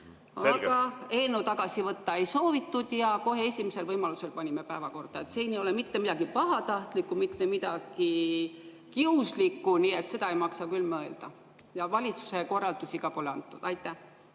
eelnõu tagasi võtta ei soovitud, siis kohe esimesel võimalusel panime selle päevakorda. Siin ei ole mitte midagi pahatahtlikku, mitte midagi kiuslikku. Seda ei maksa küll mõelda. Ja valitsuse korraldusi ka pole antud. Aitäh!